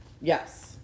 Yes